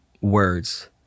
words